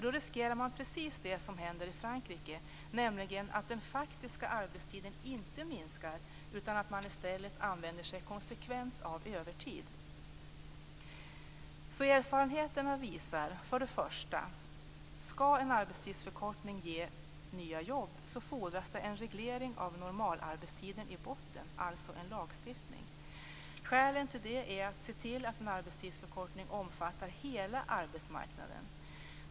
Då riskerar man precis det som nu händer i Frankrike, nämligen att den faktiska arbetstiden inte minskar utan att man i stället konsekvent använder sig av övertidsuttag. Erfarenheterna visar att det, för att en arbetstidsförkortning skall ge nya jobb, för det första fordras en reglering av normalarbetstiden i botten, alltså lagstiftning. Skälet till det är att man måste se till att en arbetstidsförkortning omfattar hela arbetsmarknaden.